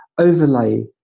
overlay